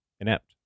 inept